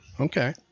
Okay